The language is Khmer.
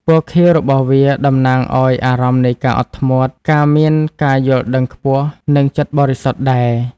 ពណ៌ខៀវរបស់វាក៏តំណាងឲ្យអារម្មណ៍នៃការអត់ធ្មត់ ការមានការយល់ដឹងខ្ពស់ និងចិត្តបរិសុទ្ធដែរ។